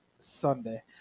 Sunday